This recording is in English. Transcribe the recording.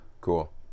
cool